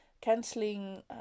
cancelling